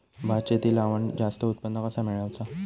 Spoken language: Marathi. भात शेती लावण जास्त उत्पन्न कसा मेळवचा?